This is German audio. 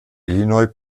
illinois